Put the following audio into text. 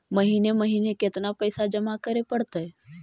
महिने महिने केतना पैसा जमा करे पड़तै?